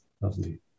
lovely